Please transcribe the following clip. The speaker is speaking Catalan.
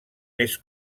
més